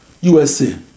USA